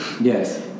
Yes